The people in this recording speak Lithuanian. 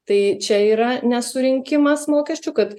tai čia yra nesurinkimas mokesčių kad